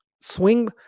swing